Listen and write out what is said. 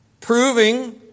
Proving